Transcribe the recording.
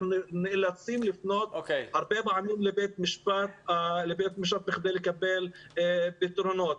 אנחנו נאלצים לפנות הרבה פעמים לבית משפט כדי לקבל פתרונות.